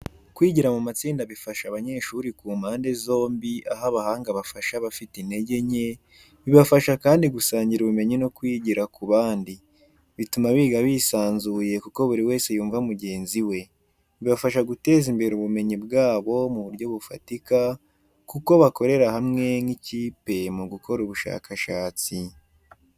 Kwigira mu matsinda bifasha abanyeshuri ku mpande zombi aho abahanga bafasha abafite intege nke, bibafasha kandi gusangira ubumenyi no kwigira ku bandi. Bituma biga bisanzuye kuko buri wese yumva mugenzi we. Bibafasha guteza imbere ubumenyi bwabo mu buryo bufatika kuko bakorera hamwe nk’ikipe mu gukora ubushakashatsi.